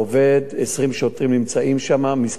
20 שוטרים נמצאים שם כמה חודשים.